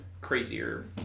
crazier